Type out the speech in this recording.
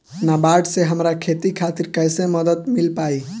नाबार्ड से हमरा खेती खातिर कैसे मदद मिल पायी?